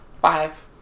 Five